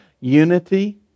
unity